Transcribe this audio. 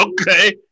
Okay